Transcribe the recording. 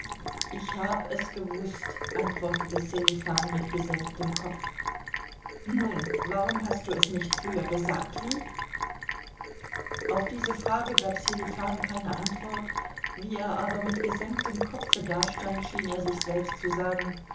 ich hab es gewußt antwortete sselifan mit gesenktem kopf nun warum hast du es nicht früher gesagt wie auf diese frage gab sselifan keine antwort wie er aber mit gesenktem kopfe dastand schien er sich selbst zu sagen